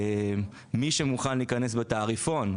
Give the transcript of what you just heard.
מי שמוכן להיכנס בתעריפון.